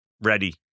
ready